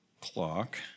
clock